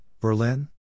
Berlin